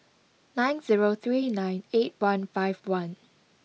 nine zero three nine eight one five one